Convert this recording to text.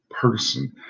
person